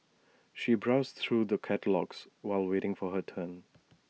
she browsed through the catalogues while waiting for her turn